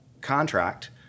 contract